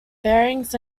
bearings